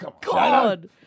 God